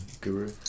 guru